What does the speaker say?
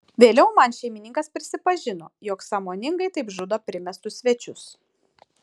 vėliau man šeimininkas prisipažino jog sąmoningai taip žudo primestus svečius